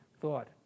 thought